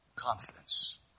confidence